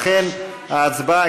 לכן ההצבעה,